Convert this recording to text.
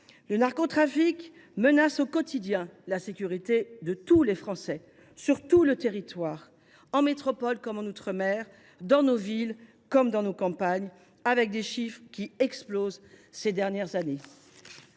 Le narcotrafic menace au quotidien la sécurité de tous les Français, sur l’ensemble du territoire, en métropole comme en outre mer, dans nos villes comme dans nos campagnes. L’explosion des chiffres ces dernières années